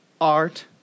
art